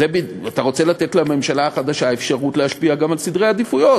אתה רוצה לתת לממשלה החדשה אפשרות להשפיע גם על סדרי העדיפויות.